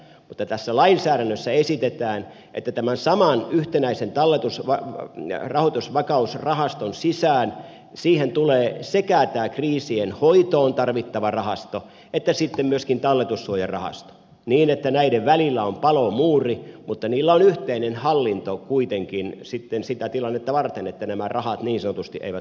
mutta tässä lainsäädännössä esitetään että tämän saman yhtenäisen rahoitusvakausrahaston sisään tulee sekä tämä krii sien hoitoon tarvittava rahasto että myöskin talletussuojarahasto niin että näiden välillä on palomuuri mutta niillä on kuitenkin yhteinen hallinto sen takia että nämä rahat niin sanotusti eivät sotkeennu